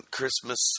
Christmas